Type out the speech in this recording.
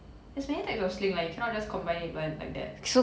there's many type of sling lah you cannot just combine it like that